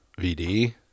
VD